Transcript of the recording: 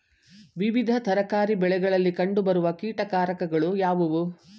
ವಿವಿಧ ತರಕಾರಿ ಬೆಳೆಗಳಲ್ಲಿ ಕಂಡು ಬರುವ ಕೀಟಕಾರಕಗಳು ಯಾವುವು?